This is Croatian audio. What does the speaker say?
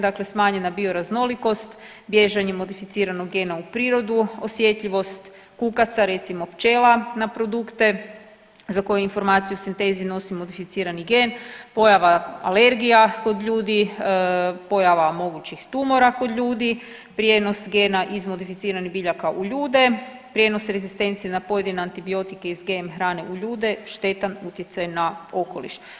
Dakle smanjena bioraznolikost, bježanje modificiranog gena u prirodu, osjetljivost kukaca, recimo pčela na produkte za koju informaciju sinteze nosi modificirani gen, pojava alergija kod ljudi, pojava mogućih tumora kod ljudi, prijenos gena iz modificiranih biljaka u ljude, prijenos rezistencije na pojedine antibiotike iz GM hrane u ljude, štetan utjecaj na okoliš.